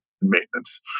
maintenance